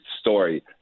story